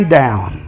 down